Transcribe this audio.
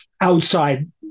outside